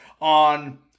on